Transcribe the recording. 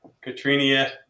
Katrina